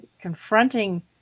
confronting